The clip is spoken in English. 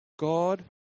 God